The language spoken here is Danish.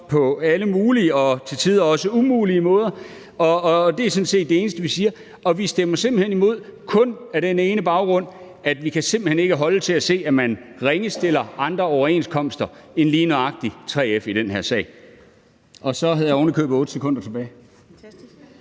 på alle mulige og til tider også umulige måder. Det er sådan set det eneste, vi siger. Og vi stemmer simpelt hen imod, alene af den grund at vi simpelt hen ikke kan holde til at se, at man stiller andre overenskomster ringere end lige nøjagtig 3F's i den her sag. Kl. 15:06 Første næstformand (Karen